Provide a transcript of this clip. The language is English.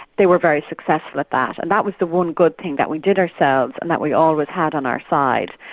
they were very successful at that. and that was the one good thing that we did ourselves and that we always had on our side.